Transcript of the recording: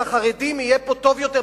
שלחרדים יהיה פה טוב יותר,